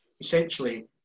essentially